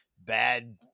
bad